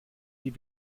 die